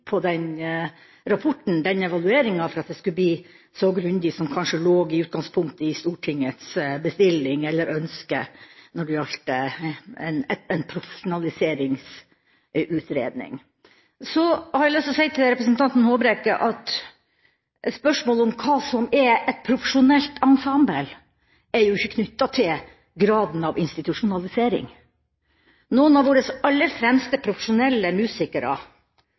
på den rapporten og den evalueringen for at det skulle bli så grundig som det kanskje i utgangspunktet lå i Stortingets bestilling eller ønske når det gjaldt en profesjonaliseringsutredning. Så har jeg lyst til å si til representanten Håbrekke at spørsmålet om hva som er et profesjonelt ensemble, ikke er knyttet til graden av institusjonalisering. Noen av våre aller fremste profesjonelle musikere